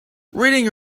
reading